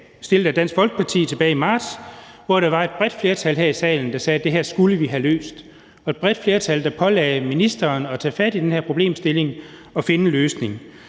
fremsat af Dansk Folkeparti tilbage i marts, hvor der var et bredt flertal her i salen, der sagde, at det her skulle vi have løst; et bredt flertal, der pålagde ministeren at tage fat i den her problemstilling og finde en løsning.